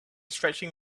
stretching